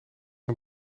een